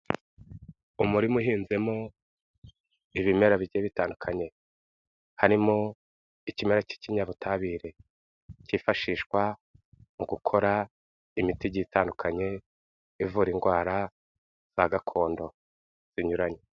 Umurima uhinzemo ibimera bigiye bitandukanye harimo ikimera cy'ikinyabutabire kifashishwa mu gukora imiti igiye itandukanye ivura indwara za gakondo zinyuranye.